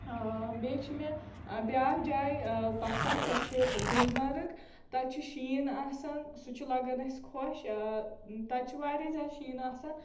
بیٚیہِ چھِ مےٚ بیٛاکھ جاے آ پسنٛد سۅ چھِ گُلمرگ تَتہِ چھُ شیٖن آسان سُہ چھُ لَگان اَسہِ خۄش تَتہِ چھِ واریاہ زیادٕ شیٖن آسان